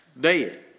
dead